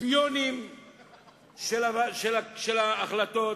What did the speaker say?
פיונים של ההחלטות.